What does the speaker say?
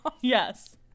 Yes